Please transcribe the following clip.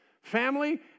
Family